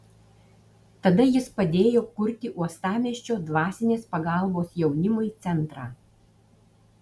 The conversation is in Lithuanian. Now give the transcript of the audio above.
tada jis padėjo kurti uostamiesčio dvasinės pagalbos jaunimui centrą